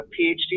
PhD